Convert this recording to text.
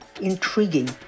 intriguing